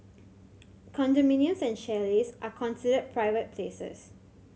condominiums and chalets are considered private places